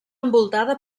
envoltada